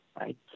right